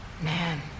Man